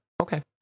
okay